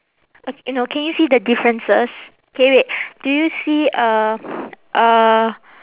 uh eh no can you see the differences K wait do you see uh uh